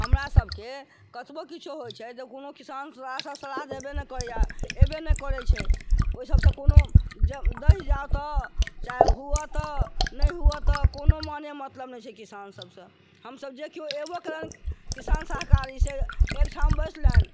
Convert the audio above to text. हमरा सभके कतबो किछौ होइ छै तऽ कोनो किसान साला सभ सलाह देबै नहि करैया एबै नहि करै छै ओहि सभसँ कोनो दहि जाऊ तऽ चाहे हुअ तऽ नहि हुअ तऽ कोनो मने मतलब नहि छै किसान सभसँ हम सभ जे केओ एबो केलनि किसान सहकारी छै एहि ठाम बैसलनि